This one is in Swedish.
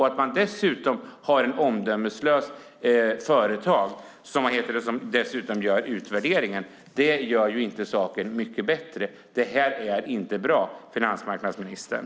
Att man dessutom har ett omdömeslöst företag som gör utvärderingen gör inte saken bättre. Detta är inte bra, finansmarknadsministern.